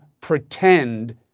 pretend